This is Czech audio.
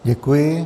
Děkuji.